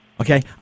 Okay